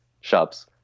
shops